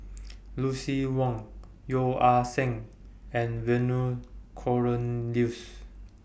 Lucien Wang Yeo Ah Seng and Vernon Cornelius